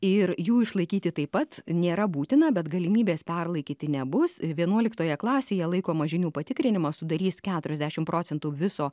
ir jų išlaikyti taip pat nėra būtina bet galimybės perlaikyti nebus vienuoliktoje klasėje laikomo žinių patikrinimą sudarys keturiasdešimt procentų viso